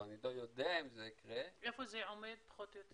כלומר אני לא יודע אם זה יקרה --- איפה זה עומד פחות או יותר?